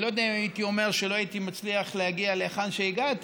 אני לא יודע אם הייתי אומר שלא הייתי מצליח להגיע להיכן שהגעתי,